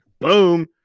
Boom